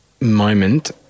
moment